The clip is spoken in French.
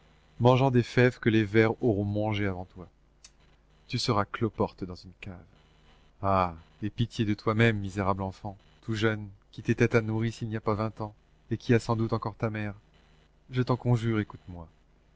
mangeant des fèves que les vers auront mangées avant toi tu seras cloporte dans une cave ah aie pitié de toi-même misérable enfant tout jeune qui tétais ta nourrice il n'y a pas vingt ans et qui as sans doute encore ta mère je t'en conjure écoute-moi